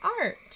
art